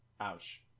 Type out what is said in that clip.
Ouch